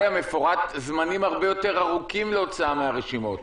מפורטים זמנים הרבה יותר ארוכים להוצאה מהרשימות.